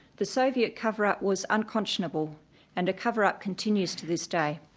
the soviet cover up was unconscionable and a cover up continues to this day.